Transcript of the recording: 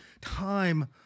time